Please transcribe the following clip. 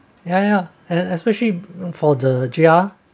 ya ya and especially for the J_R